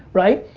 right?